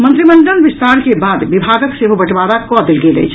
मंत्रिमंडल विस्तार के बाद विभागक सेहो बंटवारा कऽ देल गेल अछि